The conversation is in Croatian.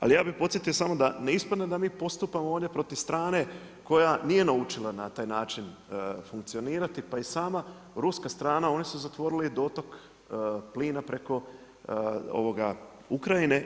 Ali ja bih podsjetio samo da ne ispadne da mi postupamo ovdje protiv strane koja nije naučila na taj način funkcionirati pa i sama ruska strana oni su zatvorili dotok plina preko Ukrajine.